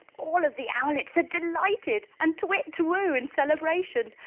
all of the owlets are delighted and twit twoo in celebration!